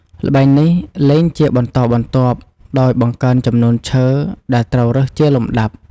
ល្បែងនេះលេងជាបន្តបន្ទាប់ដោយបង្កើនចំនួនឈើដែលត្រូវរើសជាលំដាប់។